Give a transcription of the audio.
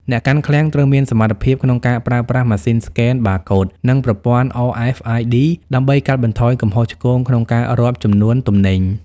អ្នកកាន់ឃ្លាំងត្រូវមានសមត្ថភាពក្នុងការប្រើប្រាស់ម៉ាស៊ីនស្កែនបាកូដ និងប្រព័ន្ធ RFID ដើម្បីកាត់បន្ថយកំហុសឆ្គងក្នុងការរាប់ចំនួនទំនិញ។